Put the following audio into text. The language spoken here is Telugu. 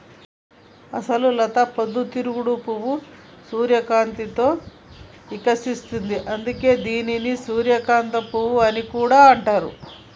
అసలు లత పొద్దు తిరుగుడు పువ్వు సూర్యకాంతిలో ఇకసిస్తుంది, అందుకే దానిని సూర్యకాంత పువ్వు అని కూడా అంటారు